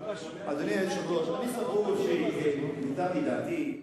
אדוני היושב-ראש, אני סבור, למיטב ידיעתי,